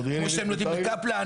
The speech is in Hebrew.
כמו שאתם יודעים לקפלן,